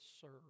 serve